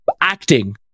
acting